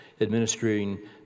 administering